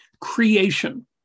creation